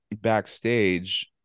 backstage